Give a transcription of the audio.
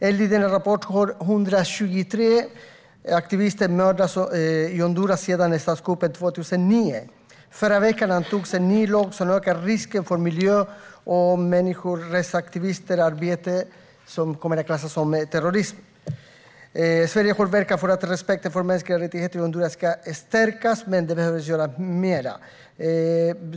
Enligt rapporten har 123 aktivister mördats i Honduras sedan statskuppen 2009. I förra veckan antogs en ny lag som ökar risken för att miljö och människorättsaktivisters arbete kommer att klassas som terrorism. Sverige verkar för att respekten för mänskliga rättigheter i Honduras ska stärkas, men det behöver göras mer.